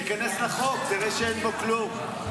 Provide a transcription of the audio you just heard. תיכנס לחוק, תראה שאין בו כלום.